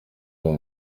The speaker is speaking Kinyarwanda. uwo